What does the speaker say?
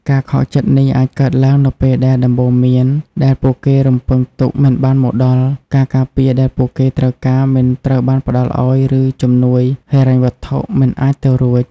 ការខកចិត្តនេះអាចកើតឡើងនៅពេលដែលដំបូន្មានដែលពួកគេរំពឹងទុកមិនបានមកដល់ ការការពារដែលពួកគេត្រូវការមិនត្រូវបានផ្ដល់ឱ្យ ឬជំនួយហិរញ្ញវត្ថុមិនអាចទៅរួច។